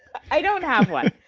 i don't have one.